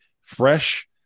fresh